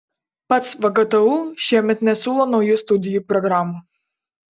pats vgtu šiemet nesiūlo naujų studijų programų